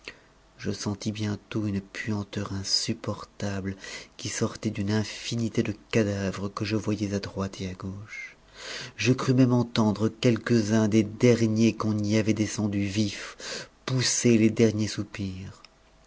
je sentis bientôt une puanteur insupportable qui sortait d'une insnîté de cadavres que je voyais à droite et à gauche je crus même entendre quelques-uns des derniers qu'on y avait descendus vifs pousser les derniers soupirs